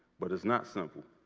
but it's not simple.